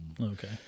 okay